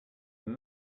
have